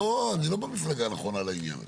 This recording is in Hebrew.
אני לא במפלגה הנכונה לעניין הזה.